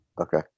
Okay